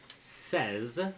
says